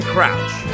Crouch